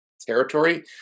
territory